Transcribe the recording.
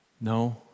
No